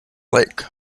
lake